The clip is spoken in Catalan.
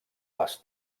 les